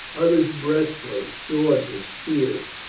others breastplates, swords, or spears.